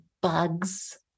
bugs